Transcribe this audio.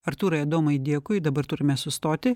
artūrai adomai dėkui dabar turime sustoti